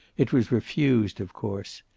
it was refused, of course.